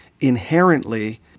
inherently